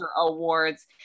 awards